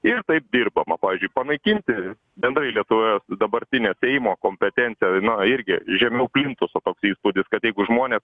ir taip dirbama pavyzdžiui panaikinti bendrai lietuvoje dabartinio seimo kompetencija na irgi žemiau plintuso toks įspūdis kad jeigu žmonės